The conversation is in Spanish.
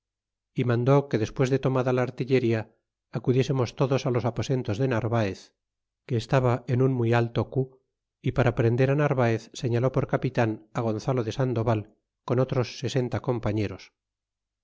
y mandó que despues de tomada la artillería acudiésemos todos á los aposentos de narvaez que estaba en im muy alto cu y para prender narvaez señaló por capitan á gonzalo de sandoval con otros sesenta compañeros